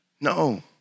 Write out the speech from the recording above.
No